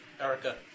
Erica